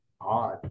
odd